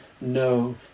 no